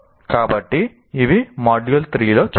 కాబట్టి ఇవి మాడ్యూల్ 3 లో చూద్దాం